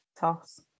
toss